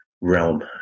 realm